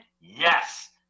yes